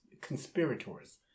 conspirators